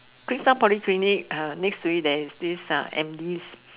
Queenstown Polyclinic uh next to it there's this ah Andes